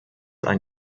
ein